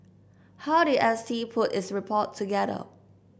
how did S T put its report together